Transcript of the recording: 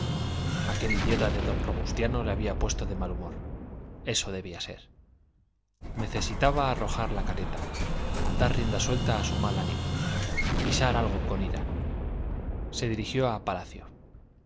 arengas aquel idiota de don robustiano le había puesto de mal humor eso debía de ser necesitaba arrojar la careta dar rienda suelta a su mal ánimo pisar algo con ira se dirigió a palacio